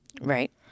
right